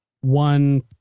one